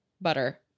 butter